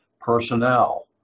Personnel